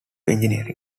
engineering